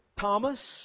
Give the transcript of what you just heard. Thomas